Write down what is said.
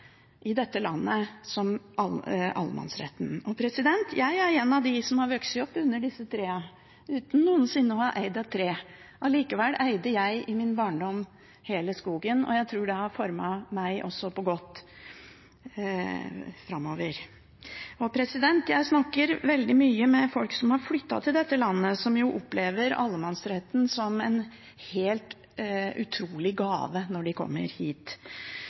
i dette landet, som allemannsretten. Jeg er en av dem som har vokst opp under disse trærne uten noensinne å ha eid et tre. Allikevel eide jeg i min barndom hele skogen, og jeg tror det har formet også meg på en god måte. Jeg snakker veldig mye med folk som har flyttet til dette landet som opplever allemannsretten som en helt utrolig gave når de kommer hit.